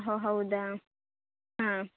ಹೋ ಹೌದಾ ಹಾಂ